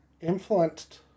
influenced